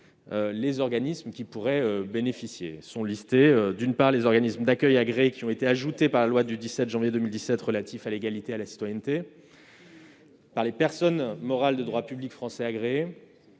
les organismes qui pourraient en bénéficier. Il s'agit des organismes d'accueil agréés qui ont été ajoutés par la loi du 17 janvier 2017 relative à l'égalité et à la citoyenneté, des personnes morales de droit public français agréées,